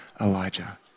Elijah